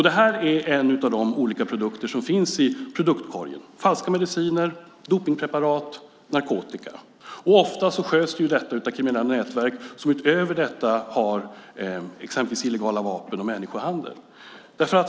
Detta är en av de olika produkter som finns i produktkorgen - falska mediciner, dopningspreparat och narkotika. Ofta sköts det av kriminella nätverk som utöver detta har exempelvis illegala vapen och idkar människohandel.